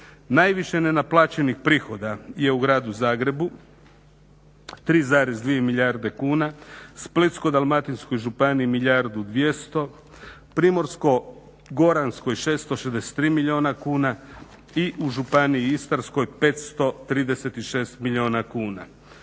Najviše nenaplaćenih prihoda je u gradu Zagrebu 3,2 milijuna kuna, Splitsko-dalmatinskoj županiji milijardu 200, Primorsko-goranskoj 663 milijuna kuna i u Županiji Istarskoj 536 milijuna kuna.